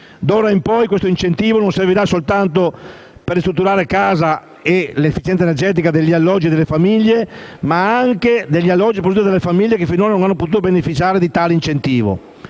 D'ora in poi questo incentivo non servirà soltanto per ristrutturare casa e migliorare l'efficienza energetica degli alloggi delle famiglie che stanno meglio, ma anche degli alloggi posseduti dalle famiglie che finora non hanno potuto beneficiare di tale incentivo.